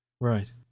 Right